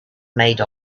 made